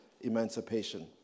emancipation